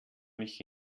mich